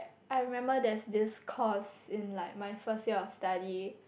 I remember there's this course in like my first year of study